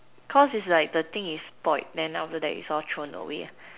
cause is like the thing is spoiled then is all thrown away